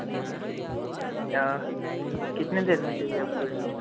हाँ अ कितने देर मे चाहिए आपको